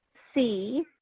c.